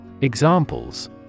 Examples